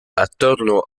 attorno